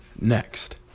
next